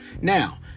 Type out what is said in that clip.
Now